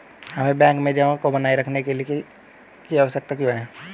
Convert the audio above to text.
हमें बैंक में जमा को बनाए रखने की आवश्यकता क्यों है?